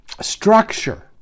structure